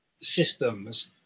systems